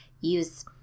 use